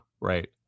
Right